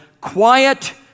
quiet